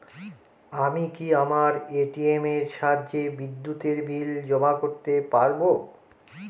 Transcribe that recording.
আমি কি আমার এ.টি.এম এর সাহায্যে বিদ্যুতের বিল জমা করতে পারব?